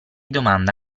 domanda